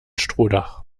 strohdach